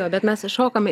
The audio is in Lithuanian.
bet mes įšokome